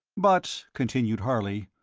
but, continued harley,